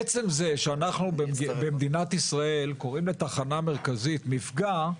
עצם זה שאנחנו במדינת ישראל קוראים לתחנה מרכזית מפגע,